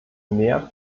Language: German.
mehr